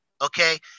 okay